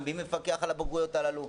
מי מפקח על הבגרויות הללו,